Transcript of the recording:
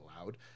allowed